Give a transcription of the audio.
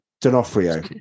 D'Onofrio